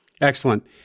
Excellent